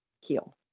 heal